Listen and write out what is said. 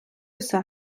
все